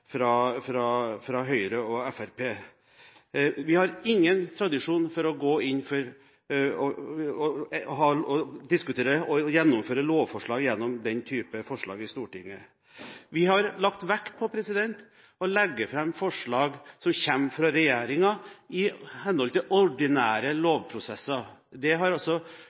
fra Høyre og Fremskrittspartiet. Vi har ingen tradisjon for å vedta lover gjennom å diskutere den slags forslag i Stortinget. Vi har lagt vekt på å legge fram forslag som kommer fra regjeringen i henhold til ordinære lovprosesser. Det har